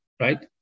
right